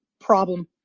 problem